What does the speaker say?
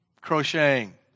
crocheting